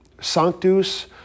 Sanctus